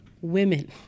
women